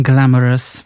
Glamorous